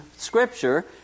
Scripture